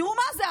תראו מה זה,